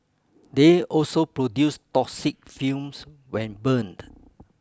they also produce toxic fumes when burned